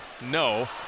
No